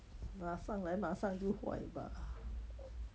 拿上来马上就坏吧